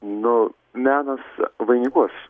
nu menas vainikuos